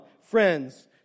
friends